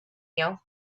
you